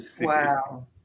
Wow